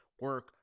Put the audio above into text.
Work